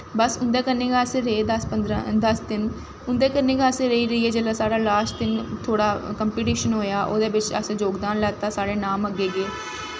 बस उं'दे कन्नै गै रेह् अस दस दिन उं'दै कन्नै गै रेहा रेहियै जिसलै साढ़ा लास्ट दिन थोह्ड़ा कंपिटिशन होआ उस बिच्च असें जोगदान लैत्ता साढ़े नांऽ मंगे गे